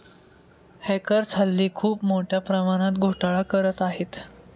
hackers हल्ली खूप मोठ्या प्रमाणात घोटाळा करत आहेत